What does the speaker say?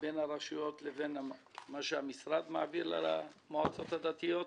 בין הרשויות המקומיות לבין מה שהמשרד מעביר למועצות הדתיות.